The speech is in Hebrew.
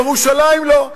ירושלים לא.